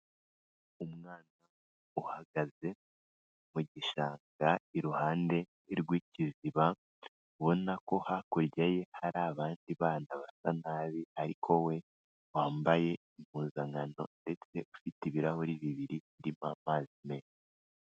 Umwana uhagaze mu gishanga iruhande rw'ikiziba, ubona ko hakurya ye hari abandi bana basa nabi ariko we wambaye impuzankano ndetse ufite ibirahuri bibiri birimo amazi menshi.